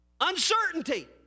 uncertainty